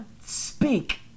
speak